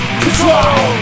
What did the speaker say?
control